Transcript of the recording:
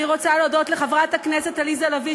אני רוצה להודות לחברת הכנסת עליזה לביא,